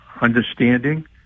understanding